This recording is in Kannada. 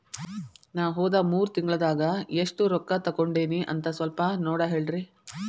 ನಾ ಹೋದ ಮೂರು ತಿಂಗಳದಾಗ ಎಷ್ಟು ರೊಕ್ಕಾ ತಕ್ಕೊಂಡೇನಿ ಅಂತ ಸಲ್ಪ ನೋಡ ಹೇಳ್ರಿ